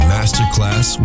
Masterclass